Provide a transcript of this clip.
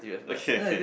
okay okay